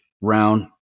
round